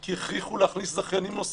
כי הכריחו להכניס זכיינים נוספים,